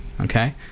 okay